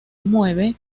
mueve